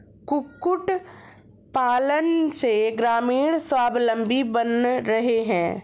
कुक्कुट पालन से ग्रामीण स्वाबलम्बी बन रहे हैं